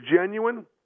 genuine